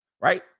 Right